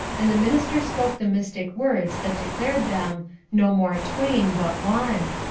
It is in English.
and the minister spoke the mystic words that declared them no more twain, but one.